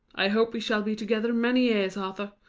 i hope we shall be together many years, arthur.